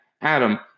Adam